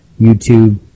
YouTube